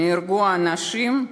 נהרגו אנשים,